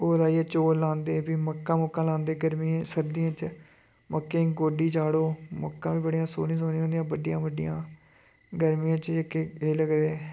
ओह् राहियै चौल लांदे फ्ही मक्कां मुक्कां लांदे गर्मियें सर्दियें च मक्कें गी गोड्डी चाड़ो मक्कां बी बड़ियां सोनियां सोनियां होंदियां बड्डियां बड्डियां गर्मियें च जेह्के एह् लगदे